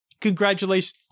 Congratulations